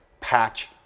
patch